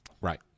Right